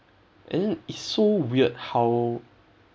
and then it's so weird how